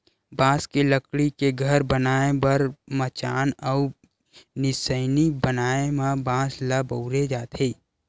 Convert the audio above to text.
बांस के लकड़ी के घर बनाए बर मचान अउ निसइनी बनाए म बांस ल बउरे जाथे